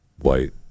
white